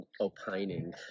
opining